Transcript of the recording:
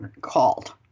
called